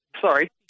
sorry